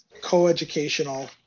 co-educational